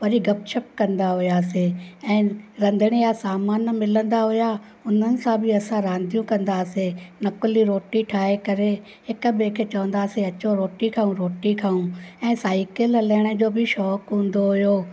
वरी गपशप कंदा हुआसीं ऐं रंधिणे जा सामान मिलंदा हुआ उन्हनि सां बि असां रांदियूं कंदा हुआसीं नक़ुली रोटी ठाहे करे हिकु ॿिए खे चवंदा हुआसीं अचो रोटी खाऊं रोटी खाऊं ऐं साइकल हलाइण जो बि शौक़ु हूंदो हुओ